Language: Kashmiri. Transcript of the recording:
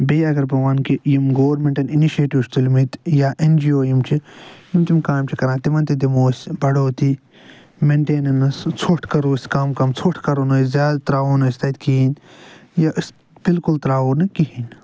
بییٚہِ اگر بہٕ ونہٕ کہِ یِم گورمِنٹن اَنِشیٹِو چھِ تُلۍمٕتۍ یا این جی او یِم چھِ یِم تِم کامہِ چھِ کَران تِمن تہِ دِمو أسۍ بڑوتی مینٹِنینس ژھۄٹھ کَرو أسۍ کَم کَم ژھۄٹھ کَرو نہِ أسۍ زیادٕ ترٛاوو نہٕ أسۍ تتہِ کہیٖنٛۍ یہِ أسۍ بِلکُل ترٛاوو نہٕ کہیٖنٛۍ